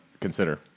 consider